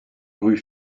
rue